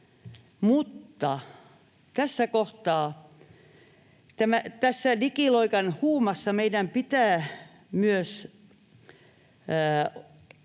Mutta tässä kohtaa tässä digiloikan huumassa meidän pitää myös